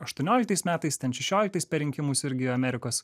aštuonioliktaisiais metais ten šešioliktais per rinkimus irgi amerikos